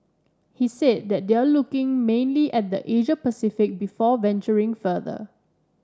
he said that they are looking mainly at the Asia Pacific before venturing further